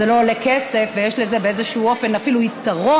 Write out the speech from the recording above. זה לא עולה כסף ויש לזה באיזשהו אופן אפילו יתרון,